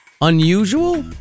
unusual